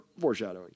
foreshadowing